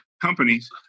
companies